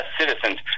citizens